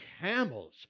camels